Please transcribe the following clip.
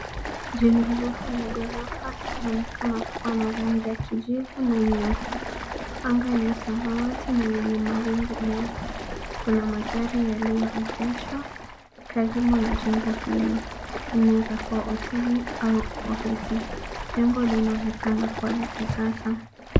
Jengo refu la ghorofa linaonekana kuwa na rangi ya kijivu na nyeupe. Anga ni ya samawati na yenye mawingu meupe. Kuna magari yaliyoegeshwa karibu na jengo hili. Hii inaweza kuwa ofisi au hoteli. Jengo linaonekana kuwa la kisasa.